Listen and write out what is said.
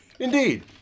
Indeed